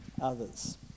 others